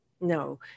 No